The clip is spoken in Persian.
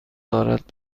دارد